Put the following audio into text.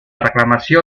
reclamació